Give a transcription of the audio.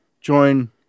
join